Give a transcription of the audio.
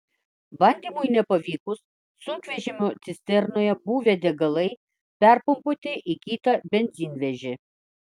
bandymui nepavykus sunkvežimio cisternoje buvę degalai perpumpuoti į kitą benzinvežį